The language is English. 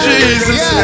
Jesus